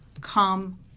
come